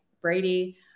Brady